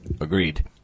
Agreed